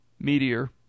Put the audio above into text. Meteor